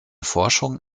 forschung